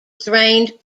drained